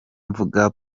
mvuga